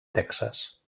texas